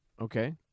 okay